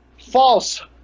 False